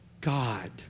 God